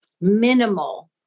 minimal